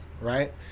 right